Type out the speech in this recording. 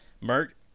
Merc